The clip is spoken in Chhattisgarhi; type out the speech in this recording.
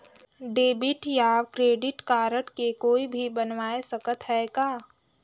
डेबिट या क्रेडिट कारड के कोई भी बनवाय सकत है का?